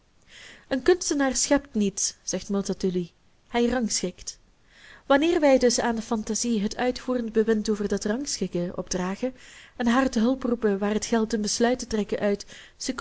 een kunstenaar schept niet zegt multatuli hij rangschikt wanneer wij dus aan de fantasie het uitvoerend bewind over dat rangschikken opdragen en haar te hulp roepen waar het geldt een besluit te trekken uit